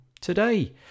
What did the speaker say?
today